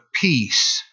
peace